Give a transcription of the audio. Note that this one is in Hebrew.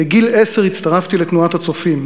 בגיל עשר הצטרפתי לתנועת "הצופים".